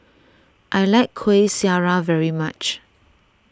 I like Kuih Syara very much